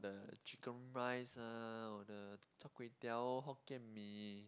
the chicken rice ah or the Char-Kway-Teow Hokkien-Mee